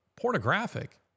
Pornographic